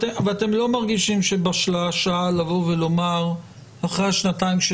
אתם לא מרגישים שבשלה השעה לבוא ולומר אחרי השנתיים של